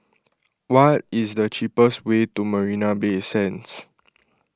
what is the cheapest way to Marina Bay Sands